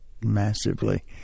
massively